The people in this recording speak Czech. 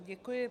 Děkuji.